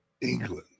England